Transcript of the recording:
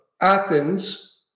Athens